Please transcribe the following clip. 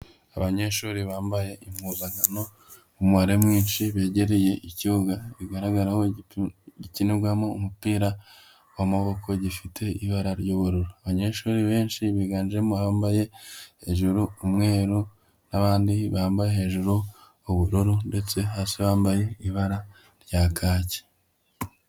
Ubanyeshuri bambaye impuzankano umubare mwinshi, begereye ikibuga bigaragara ko gikinirwamo umupira w'amaboko, gifite ibara ry'ubururu, abanyeshuri benshi biganjemo abambaye hejuru umweru n'abandi bambaye hejuru ubururu, ndetse hasi bambaye ibara rya kaki.